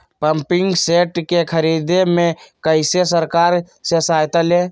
Pumping set के ख़रीदे मे कैसे सरकार से सहायता ले?